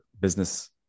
business